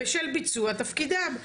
בשל ביצוע תפקידם.